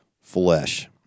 flesh